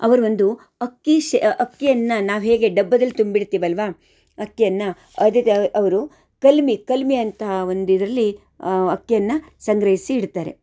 ಅವ್ರ ಒಂದು ಅಕ್ಕಿಶೆ ಅಕ್ಕಿಯನ್ನು ನಾವು ಹೇಗೆ ಡಬ್ಬದಲ್ಲಿ ತುಂಬಿಡುತ್ತೀವಲ್ವಾ ಅಕ್ಕಿಯನ್ನು ಅದೇ ದ ಅವರು ಕಲ್ಮಿ ಕಲ್ಮಿ ಅಂತ ಒಂದಿದರಲ್ಲಿ ಅಕ್ಕಿಯನ್ನು ಸಂಗ್ರಹಿಸಿ ಇಡ್ತಾರೆ